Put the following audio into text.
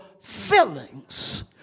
feelings